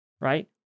right